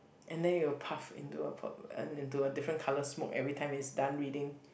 and then it'll puff into a po~ into a different colour smoke everytime it's done reading